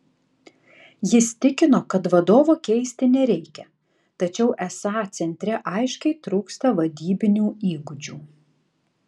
jis tikino kad vadovo keisti nereikia tačiau esą centre aiškiai trūksta vadybinių įgūdžių